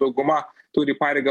dauguma turi pareigą